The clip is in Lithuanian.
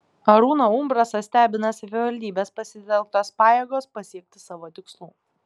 arūną umbrasą stebina savivaldybės pasitelktos pajėgos pasiekti savo tikslų